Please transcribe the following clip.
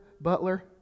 Butler